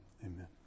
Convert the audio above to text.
Amen